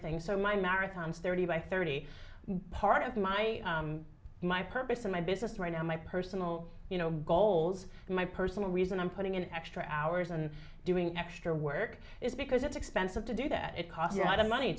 things so my marathons thirty by thirty part of my my purpose in my business right now my personal goals and my personal reason i'm putting in extra hours and doing extra work is because it's expensive to do that it causes a lot of money